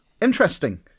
interesting